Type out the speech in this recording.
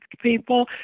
people